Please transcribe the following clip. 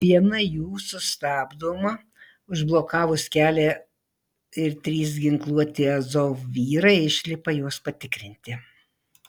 viena jų sustabdoma užblokavus kelią ir trys ginkluoti azov vyrai išlipa jos patikrinti